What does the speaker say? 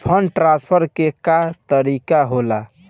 Fund transfer के का तरीका होला?